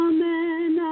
Amen